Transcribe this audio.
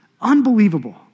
Unbelievable